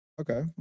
okay